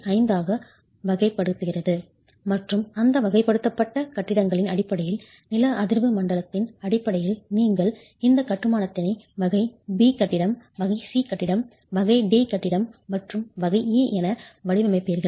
5 ஆக வகைப்படுத்தியது மற்றும் அந்த வகைப்படுத்தப்பட்ட கட்டிடங்களின் அடிப்படையில் நில அதிர்வு மண்டலத்தின் அடிப்படையில் நீங்கள் இந்த கட்டுமானத்தினை வகை B கட்டிடம் வகை C கட்டிடம் வகை D கட்டிடம் மற்றும் வகை E என வடிவமைக்கிறீர்கள்